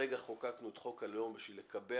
הרגע חוקקנו את חוק הלאום בשביל לקבע